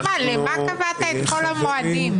רוטמן, למה קבעת את כל המועדים?